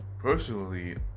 personally